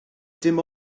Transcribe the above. dim